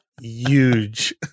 Huge